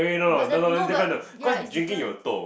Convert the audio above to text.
but the no but ya is different